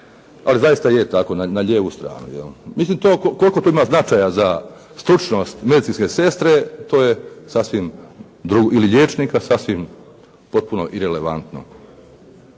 Ali zaista je tako, na lijevu stranu jel'. Mislim koliko to ima značaja za stručnost medicinske sestre to je sasvim, ili liječnika, sasvim potpuno irelevantno.